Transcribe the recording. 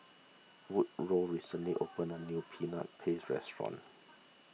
Woodroe recently opened a new Peanut Paste restaurant